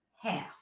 half